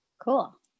Cool